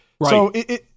Right